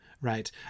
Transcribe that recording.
right